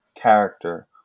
character